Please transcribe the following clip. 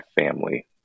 family